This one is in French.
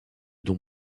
dons